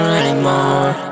anymore